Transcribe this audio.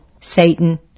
Satan